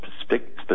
specific